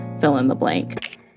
fill-in-the-blank